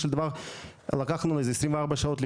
זאת אומרת אנשים שנכנסו כתיירים ולצורך העניין הם